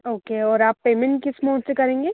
okay और आप payment किस मोड से करेंगे